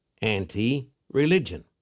anti-religion